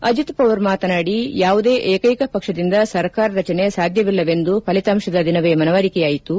ಅಜಿತ್ ಪವಾರ್ ಮಾತನಾಡಿ ಯಾವುದೇ ಏಕ್ಷೆಕ ಪಕ್ಷದಿಂದ ಸರ್ಕಾರ ರಚನೆ ಸಾಧ್ಯವಿಲ್ಲವೆಂದು ಫಲಿತಾಂಶದ ದಿನವೆ ಮನವರಿಕೆಯಾಯಿತು